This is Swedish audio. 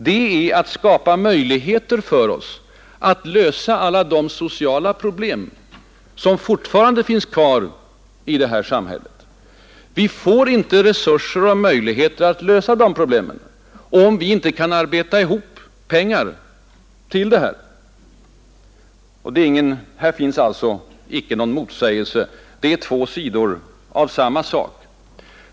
Det är att skapa möjligheter för oss att lösa alla de sociala problem som fortfarande finns kvar i det här samhället. Vi får inte resurser och möjligheter att lösa de problemen om vi inte kan arbeta ihop pengar därtill. Här finns alltså icke någon motsägelse — det är två sidor av samma sak.